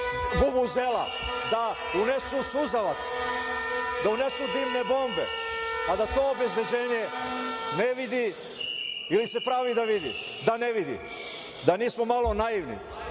da unesu suzavac, da unesu dimne bombe, a da to obezbeđenje ne vidi ili se pravi da ne vidi? Da nismo malo naivni? To